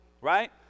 right